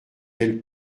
elle